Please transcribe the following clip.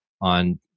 on